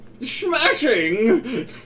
Smashing